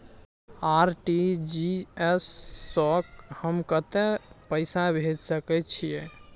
RTG S स हम कत्ते पैसा भेज सकै छीयै?